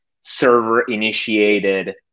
server-initiated